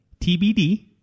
TBD